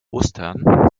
ostern